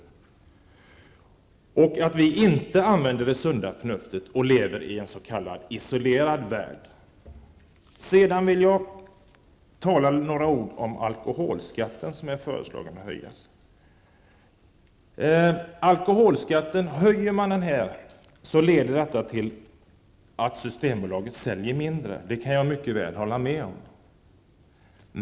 De skulle säga att vi inte använder det sunda förnuftet och att vi lever i en s.k. isolerad värld. Sedan vill jag säga några ord om alkoholskatten som man föreslagiat skall höjas. Om man höjer den nu leder det till att Systembolaget säljer mindre. Det kan jag mycket väl hålla med om.